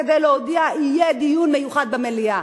כדי להודיע: יהיה דיון מיוחד במליאה.